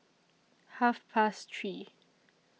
Half Past three